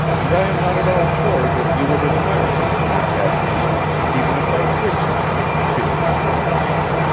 and i am not at all sure that you would admire me in that attitude even if i did imitate the heroes of romance.